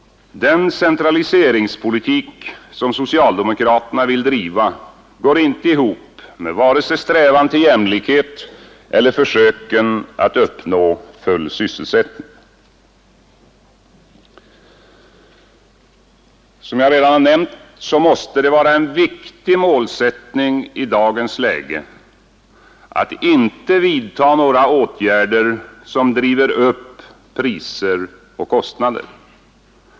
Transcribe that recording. Den centraliseringspolitik som socialdemokraterna vill driva går inte ihop med vare sig strävan till jämlikhet eller försöken att uppnå full sysselsättning. Som jag redan nämnt måste det vara en viktig målsättning i dagens läge att inte vidta några åtgärder som driver upp priser och kostnader.